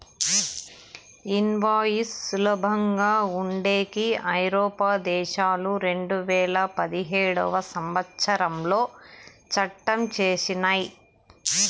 invoice సులభంగా ఉండేకి ఐరోపా దేశాలు రెండువేల పదిహేడవ సంవచ్చరంలో చట్టం చేసినయ్